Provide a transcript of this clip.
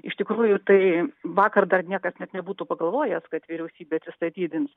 iš tikrųjų tai vakar dar niekas net nebūtų pagalvojęs kad vyriausybė atsistatydins